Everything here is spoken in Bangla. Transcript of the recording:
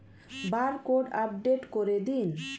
বারকোড আপডেট করে দিন?